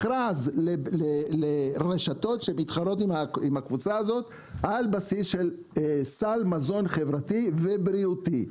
מכרז לרשתות שמתחרות עם הקבוצה הזאת על בסיס של סל מזון חברתי ובריאותי.